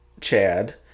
Chad